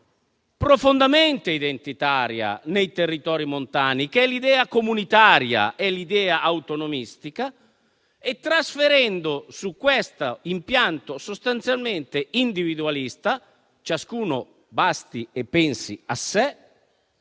profondamente identitaria nei territori montani, che è l'idea comunitaria, è l'idea autonomistica, trasferendo su questo impianto sostanzialmente individualista (ciascuno basti e pensi a sé)